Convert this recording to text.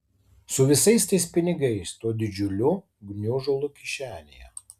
su visais tais pinigais tuo didžiuliu gniužulu kišenėje